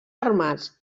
armats